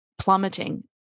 plummeting